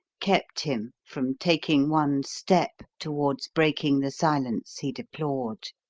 kept him from taking one step towards breaking the silence he deplored.